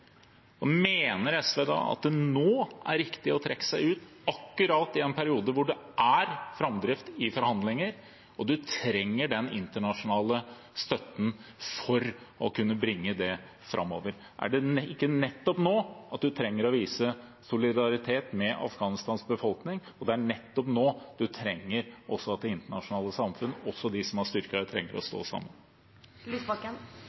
Mener SV at det nå er riktig å trekke seg ut, akkurat i en periode hvor det er framdrift i forhandlinger og man trenger den internasjonale støtten for å kunne bringe det framover? Er det ikke nettopp nå man trenger å vise solidaritet med Afghanistans befolkning, og er det ikke nettopp nå man trenger at det internasjonale samfunn, også de som har